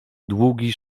długi